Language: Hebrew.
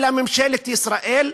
אלא ממשלת ישראל,